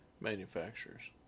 manufacturers